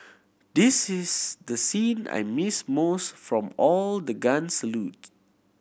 this is the scene I missed most from all the guns salute